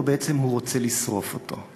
או בעצם הוא רוצה לשרוף אותו?